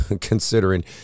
considering